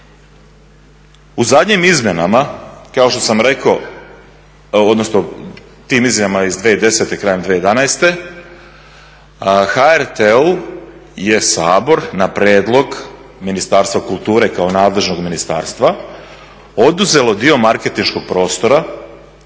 U zadnjim izmjenama kao što sam rekao odnosno tim izmjenama iz 2010.krajem 2011. HRT-u je Sabor na prijedlog Ministarstva kulture kao nadležnog ministarstva oduzelo dio markentiškog prostora